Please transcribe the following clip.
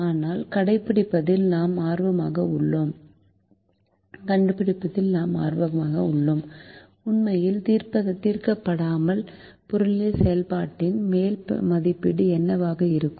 ஆனால் கண்டுபிடிப்பதில் நாம் ஆர்வமாக உள்ளோம் உண்மையில் தீர்க்கப்படாமல் புறநிலை செயல்பாட்டின் மேல் மதிப்பீடு என்னவாக இருக்கும்